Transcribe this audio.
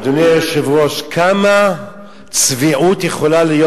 אדוני היושב-ראש, כמה צביעות יכולה להיות